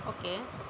okay